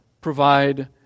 provide